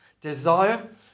Desire